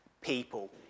people